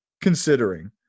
considering